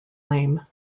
name